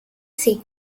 sea